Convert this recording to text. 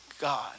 God